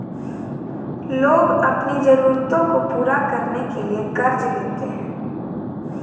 लोग अपनी ज़रूरतों को पूरा करने के लिए क़र्ज़ लेते है